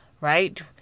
right